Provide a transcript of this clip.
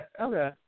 Okay